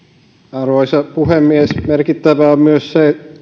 arvoisa puhemies merkittävää on myös se